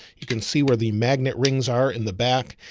you can see where the magnet rings are in the back,